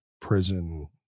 prison